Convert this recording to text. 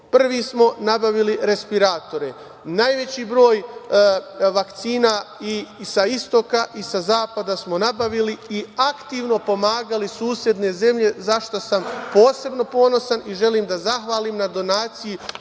prvi smo nabavili respiratore, najveći broj vakcina i sa istoka i sa zapada smo nabavili i aktivno pomagali susedne zemlje, za šta sam posebno ponosan i želim da zahvalim na donaciji